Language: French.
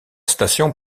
station